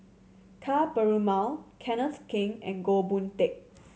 Ka Perumal Kenneth Keng and Goh Boon Teck